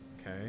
okay